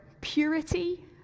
purity